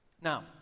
Now